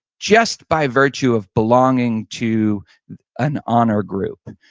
just by virtue of belonging to an honor group.